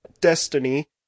Destiny